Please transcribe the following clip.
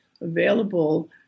available